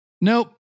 Nope